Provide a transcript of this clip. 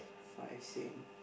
five same